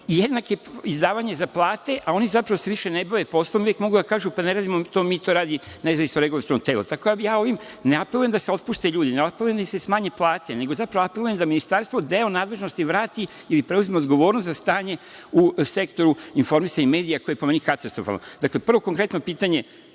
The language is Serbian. jednaka izdavanja za plate, a zapravo oni se više ne bave poslom i uvek mogu da kažu – ne radimo to mi, to radi nezavisno regulatorno telo. Tako da ja ovim ne apelujem da se otpuste ljudi, ne apelujem da se smanje plate, nego apelujem da Ministarstvo deo nadležnosti vrati ili preuzme odgovornost za stanje u sektoru informisanja i medija, koje je po meni katastrofalno. Dakle, prvo konkretno pitanje